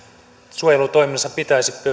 suojelutoiminnassa pitäisi